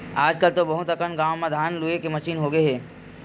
आजकल तो बहुत अकन गाँव म धान लूए के मसीन होगे हे